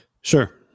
Sure